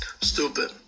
stupid